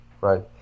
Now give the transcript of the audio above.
right